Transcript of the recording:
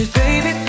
baby